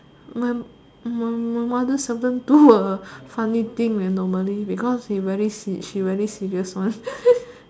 my my my mother seldom do a funny thing normally because he very she she very serious one